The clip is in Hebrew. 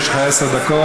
יש לך עשר דקות.